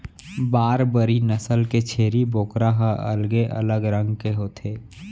बारबरी नसल के छेरी बोकरा ह अलगे अलग रंग के होथे